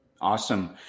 Awesome